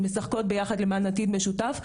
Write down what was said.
משחקות ביחד למען עתיד משותף.